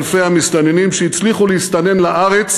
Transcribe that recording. אלפי המסתננים שהצליחו להסתנן לארץ